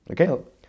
okay